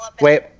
Wait